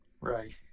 right